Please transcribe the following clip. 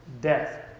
death